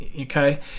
okay